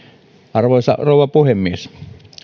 arvoisa rouva puhemies